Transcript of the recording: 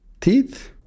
teeth